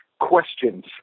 questions